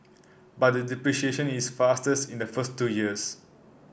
but the depreciation is fastest in the first two years